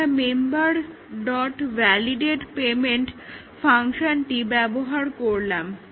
আমরা member dot validate payment ফাংশনটি ব্যবহার করলাম